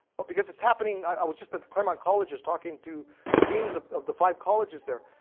but because it's happening, i was just at the claremont colleges talking to the deans of of the five colleges there.